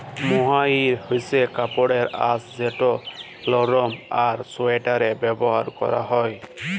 mohair হছে কাপড়ের আঁশ যেট লরম আর সোয়েটারে ব্যাভার ক্যরা হ্যয়